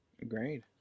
Agreed